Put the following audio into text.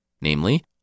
Namely